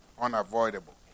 Unavoidable